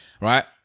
right